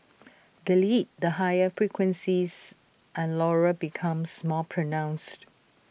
delete the higher frequencies and Laurel becomes more pronounced